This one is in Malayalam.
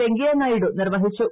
വെങ്കയ്യ നായിഡു നിർവ്വഹിച്ചു